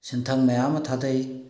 ꯁꯦꯟꯊꯪ ꯃꯌꯥꯝ ꯑꯃ ꯊꯥꯗꯩ